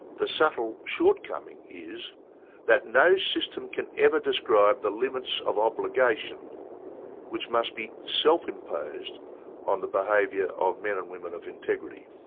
the subtle shortcoming is that no system can ever describe the limits of obligation which must be self-imposed on the behaviour of men and women of integrity.